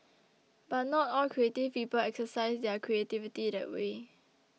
but not all creative people exercise their creativity that way